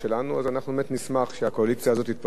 אז אנחנו באמת נשמח שהקואליציה הזאת תתפרק ומהר.